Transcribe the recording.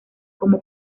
como